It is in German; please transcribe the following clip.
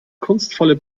kunstvolle